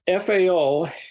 FAO